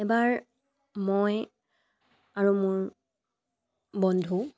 এবাৰ মই আৰু মোৰ বন্ধু